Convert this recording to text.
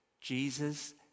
Jesus